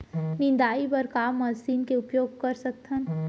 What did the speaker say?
निंदाई बर का मशीन के उपयोग कर सकथन?